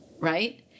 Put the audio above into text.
right